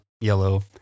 yellow